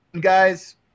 Guys